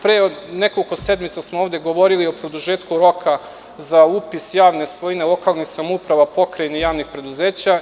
Pre nekoliko sedmica smo ovde govorili o produžetku roka za upis javne svojine lokalnih samouprava, pokrajina i javnih preduzeća.